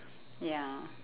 ya